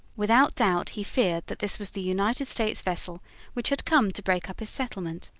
without doubt he feared that this was the united states vessel which had come to break up his settlement.